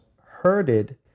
herded